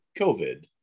COVID